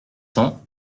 cents